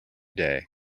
day